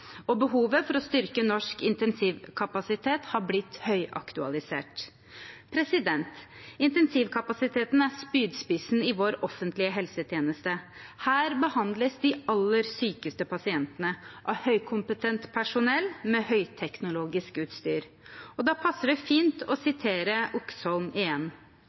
og behovet for å styrke norsk intensivkapasitet er blitt høyaktualisert. Intensivkapasiteten er spydspissen i vår offentlige helsetjeneste. Her behandles de aller sykeste pasientene av høykompetent personell med høyteknologisk utstyr. Da passer det fint å sitere Oxholm igjen: